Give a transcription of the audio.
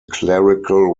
clerical